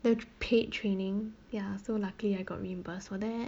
the paid training ya so luckily I got reimbursed for that